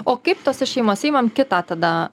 o kaip tose šeimose imam kitą tada